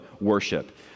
worship